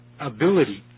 ability